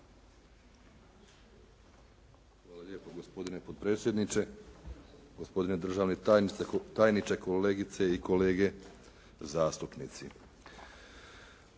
Hvala lijepo. Gospodine potpredsjedniče, gospodine državni tajniče, kolegice i kolege zastupnici.